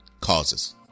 causes